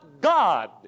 God